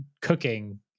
cooking